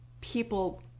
people